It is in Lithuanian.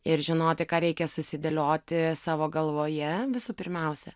ir žinoti ką reikia susidėlioti savo galvoje visų pirmiausia